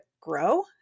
grow